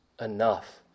enough